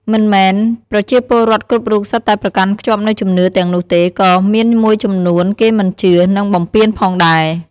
មិនមែនប្រជាពលរដ្ឋគ្រប់រូបសុទ្ធតែប្រកាន់ខ្ជាប់នូវជំនឿទាំងនោះទេ ក៏មានមួយចំនួនគេមិនជឿ និងបំពានផងដែរ។